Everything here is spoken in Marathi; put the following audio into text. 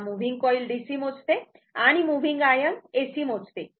तेव्हा मूव्हिन्ग कॉइल DC मोजते आणि आणि मूव्हिन्ग आयर्न AC मोजते